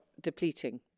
depleting